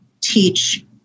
teach